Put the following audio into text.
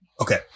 Okay